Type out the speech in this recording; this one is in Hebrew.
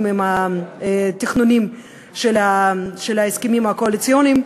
בתכנונים של ההסכמים הקואליציוניים,